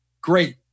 Great